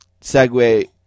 segue